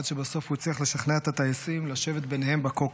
עד שבסוף הוא הצליח לשכנע את הטייסים לשבת ביניהם בקוקפיט.